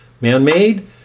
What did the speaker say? man-made